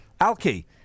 Alki